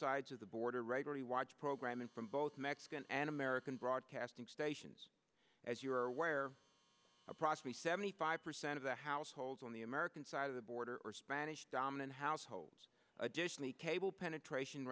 sides of the border robbery watch program and from both mexican and american broadcasting stations as you are aware approximately seventy five percent of the households on the american side of the border or spanish dominant households additionally cable penetration